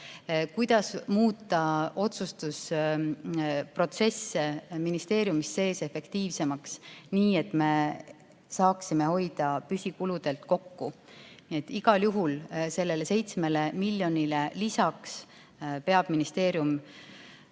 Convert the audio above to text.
kuidas muuta otsustusprotsesse ministeeriumis sees efektiivsemaks nii, et me saaksime püsikuludelt kokku hoida. Nii et igal juhul sellele 7 miljonile lisaks peab ministeerium